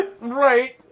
Right